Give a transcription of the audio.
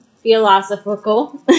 Philosophical